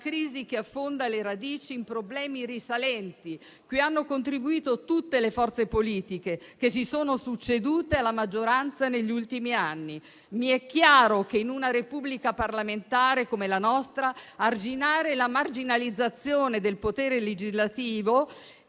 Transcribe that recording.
crisi che affonda le radici in problemi risalenti, cui hanno contribuito tutte le forze politiche che si sono succedute alla maggioranza negli ultimi anni. Mi è chiaro che in una Repubblica parlamentare come la nostra arginare la marginalizzazione del potere legislativo